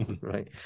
right